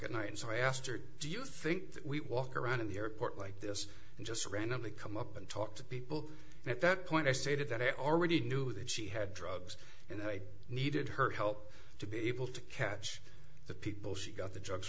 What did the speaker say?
at night and so i asked her do you think we walk around in the airport like this and just randomly come up and talk to people at that point i stated that i already knew that she had drugs and i needed her help to be able to catch the people she got the drugs